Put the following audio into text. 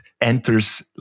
enters